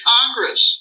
Congress